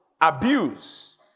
abuse